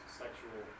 sexual